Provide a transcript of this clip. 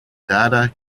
dade